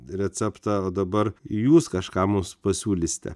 receptą dabar jūs kažkam mums pasiūlysite